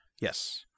Yes